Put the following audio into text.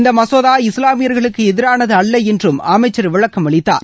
இந்த மசோதா இஸ்லாமியர்களுக்கு எதிரானது அல்ல என்றும் அமைச்சர் விளக்கம் அளித்தார்